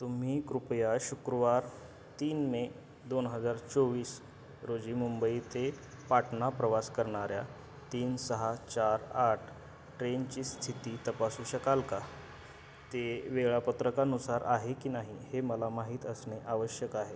तुम्ही कृपया शुक्रवार तीन मे दोन हजार चोवीस रोजी मुंबई ते पाटणा प्रवास करणाऱ्या तीन सहा चार आठ ट्रेनची स्थिती तपासू शकाल का ते वेळापत्रकानुसार आहे की नाही हे मला माहीत असणे आवश्यक आहे